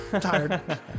tired